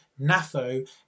NAFO